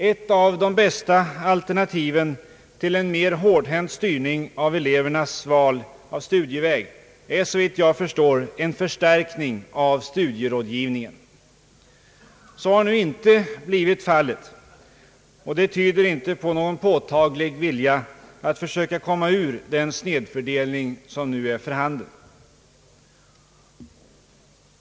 Ett av de bästa alternativen till en mer hårdhänt styrning av elevernas val av studieväg är såvitt jag förstår en förstärkning av studierådgivningen, Så har nu inte blivit fallet, och det tyder inte på någon påtaglig vilja att försöka komma ur den snedfördelning som nu är för handen.